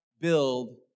build